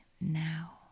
now